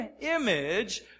image